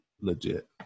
legit